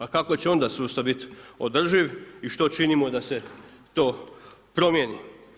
A kako će onda sustav biti održiv i što činimo da se to promijeni?